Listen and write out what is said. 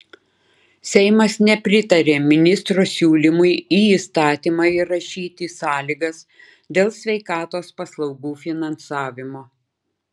seimas nepritarė ministro siūlymui į įstatymą įrašyti sąlygas dėl sveikatos paslaugų finansavimo